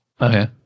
Okay